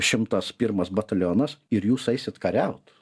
šimtas pirmas batalionas ir jūs eisit kariaut